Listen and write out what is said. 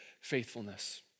faithfulness